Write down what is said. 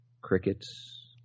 Crickets